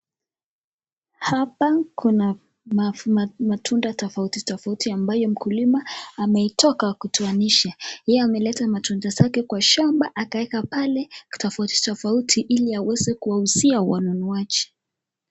Hapa kuna matunda tofauti tofauti ambayo mkulima ameitoka kutoanisha, yeye ameleta matunda zake kwa shamba akaweka pale tofauti tofauti ili aweze kuwauzia wanunuaji.